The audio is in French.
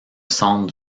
centre